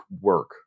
work